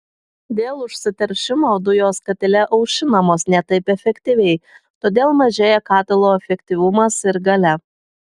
dėl užsiteršimo dujos katile aušinamos ne taip efektyviai todėl mažėja katilo efektyvumas ir galia